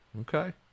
Okay